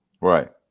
Right